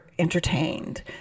entertained